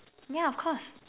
yeah of course